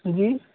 جی